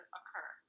occur